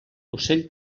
ocell